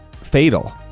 fatal